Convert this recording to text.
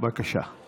בבקשה.